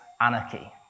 anarchy